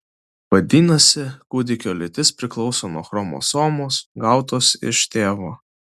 vadinasi kūdikio lytis priklauso nuo chromosomos gautos iš tėvo